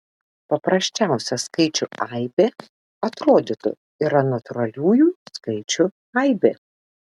paprasčiausia skaičių aibė atrodytų yra natūraliųjų skaičių aibė